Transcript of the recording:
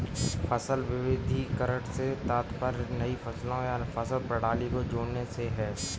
फसल विविधीकरण से तात्पर्य नई फसलों या फसल प्रणाली को जोड़ने से है